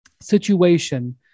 situation